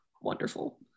wonderful